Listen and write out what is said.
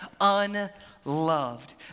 unloved